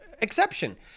exception